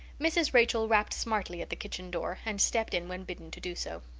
mrs. rachel rapped smartly at the kitchen door and stepped in when bidden to do so.